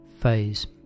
phase